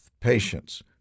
patience